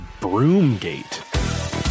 Broomgate